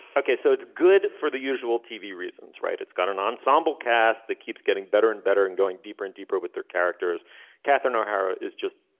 okay so it's good for the usual tv reasons right it's got an ensemble cast that keeps getting better and better and going deeper and deeper with their characters catherine o'hara is just